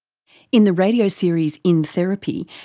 in the radio series in therapy,